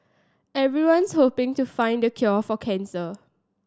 everyone's hoping to find the cure for cancer